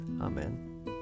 Amen